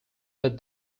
but